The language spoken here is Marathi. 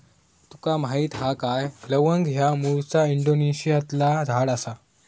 तुका माहीत हा काय लवंग ह्या मूळचा इंडोनेशियातला झाड आसा